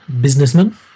businessman